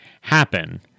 happen